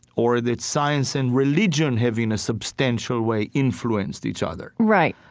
or that science and religion have in a substantial way influenced each other right